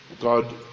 God